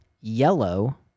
yellow